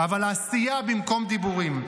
אבל עשייה במקום דיבורים.